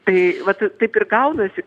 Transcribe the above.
tai vat taip ir gaunasi